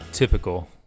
Typical